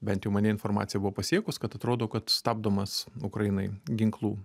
bent jau mane informacija buvo pasiekus kad atrodo kad stabdomas ukrainai ginklų